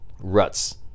Ruts